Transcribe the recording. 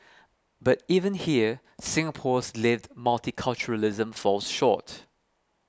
but even here Singapore's lived multiculturalism falls short